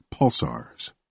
pulsars